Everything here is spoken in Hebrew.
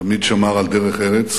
תמיד שמר על דרך-ארץ,